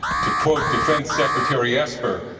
to quote defense secretary esper,